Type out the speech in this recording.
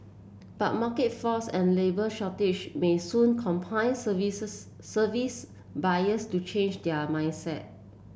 but market forces and labour shortage may soon compel services service buyers to change their mindset